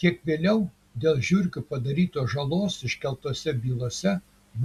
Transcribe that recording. kiek vėliau dėl žiurkių padarytos žalos iškeltose bylose